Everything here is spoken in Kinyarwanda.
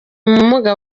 ubumuga